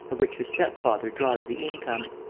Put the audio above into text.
of which her step-father draws the income.